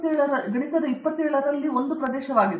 ಅರಂದಾಮ ಸಿಂಗ್ ಇದು ಗಣಿತ ಸಹಾಯವಾಗುವ 27ರ ಒಂದು ಪ್ರದೇಶವಾಗಿದೆ